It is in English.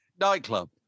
Nightclub